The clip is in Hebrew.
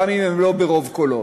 גם אם הן לא ברוב קולות.